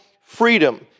freedom